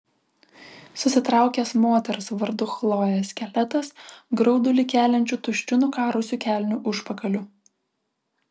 susitraukęs moters vardu chlojė skeletas graudulį keliančiu tuščiu nukarusiu kelnių užpakaliu